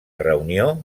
reunió